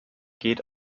geht